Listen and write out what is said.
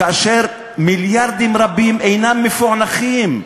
כאשר מיליארדים רבים אינם מפוענחים.